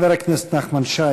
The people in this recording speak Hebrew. חבר הכנסת נחמן שי,